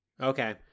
Okay